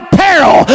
peril